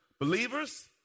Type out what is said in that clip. Believers